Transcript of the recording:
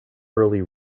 early